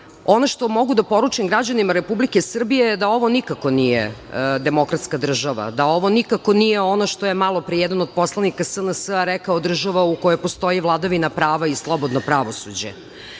što mogu da poručim građanima Republike Srbije, a to je da ovo nikako nije demokratska država, da ovo nikako nije ono što je malopre jedan od poslanika SNS rekao – država u kojoj postoji vladavina prava i slobodno pravosuđe.